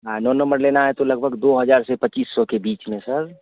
हाँ नौ नंबर लेना है तो लगभग दो हज़ार से पच्चीस सौ के बीच में सर